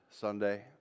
Sunday